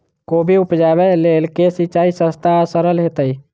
कोबी उपजाबे लेल केँ सिंचाई सस्ता आ सरल हेतइ?